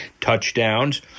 touchdowns